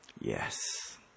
Yes